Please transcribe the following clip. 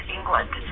England